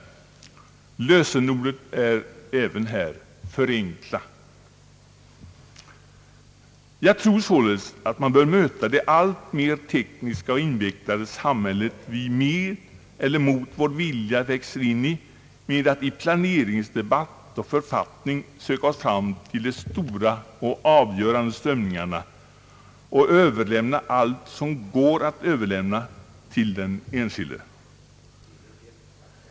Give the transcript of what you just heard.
Lösenordet är även här: förenkla. Jag tror således att man bör möta det alltmer tekniska och invecklade samhälle vi med eller mot vår vilja växer in i med att i planering och författning söka oss fram till de stora och avgörande strömningarna och överlämna allt som går att överlämna till den enskilde.